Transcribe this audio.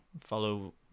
follow